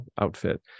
outfit